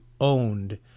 owned